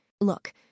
Look